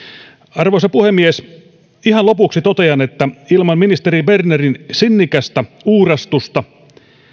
arvoisa puhemies ihan lopuksi totean että ilman ministeri bernerin sinnikästä uurastusta